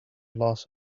loss